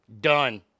Done